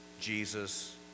Jesus